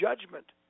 judgment